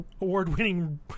award-winning